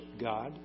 God